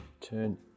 Turn